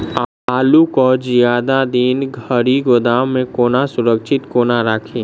आलु केँ जियादा दिन धरि गोदाम मे कोना सुरक्षित कोना राखि?